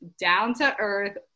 down-to-earth